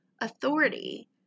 authority